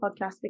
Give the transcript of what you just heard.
podcast